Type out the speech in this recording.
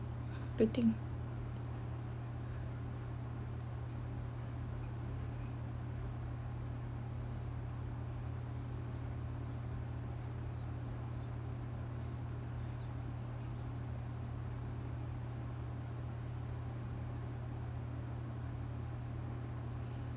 do thing